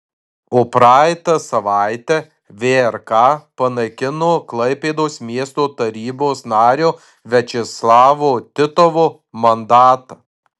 o praeitą savaitę vrk panaikino klaipėdos miesto tarybos nario viačeslavo titovo mandatą